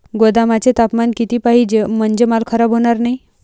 गोदामाचे तापमान किती पाहिजे? म्हणजे माल खराब होणार नाही?